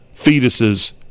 fetuses